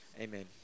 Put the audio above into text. Amen